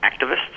activists